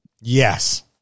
Yes